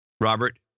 Robert